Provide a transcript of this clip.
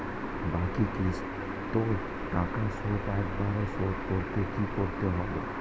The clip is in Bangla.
বাকি কিস্তির টাকা শোধ একবারে শোধ করতে কি করতে হবে?